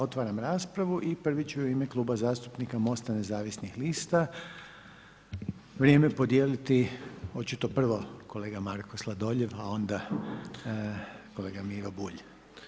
Otvaram raspravu i prvi će u ime Kluba zastupnika Mosta nezavisnih lista vrijeme podijeliti očito prvo kolega Marko Sladoljev, a onda kolega Miro Bulj.